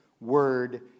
word